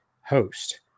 host